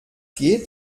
geht